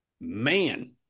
man